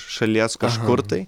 šalies kažkur tai